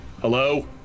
Hello